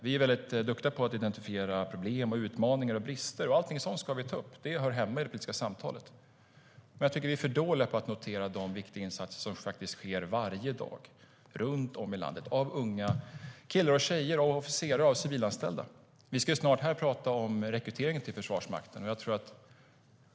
Vi är väldigt duktiga på att identifiera problem, utmaningar och brister, och allting sådant ska vi ta upp. Det hör hemma i det politiska samtalet. Men vi är för dåliga på att notera de viktiga insatser som sker varje dag runt om i landet av unga killar och tjejer, officerare och civilanställda. Vi ska snart här tala om rekryteringen till Försvarsmakten.